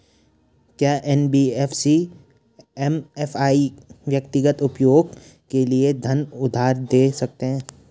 क्या NBFC MFI व्यक्तिगत उपयोग के लिए धन उधार दें सकते हैं?